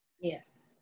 Yes